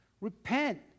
Repent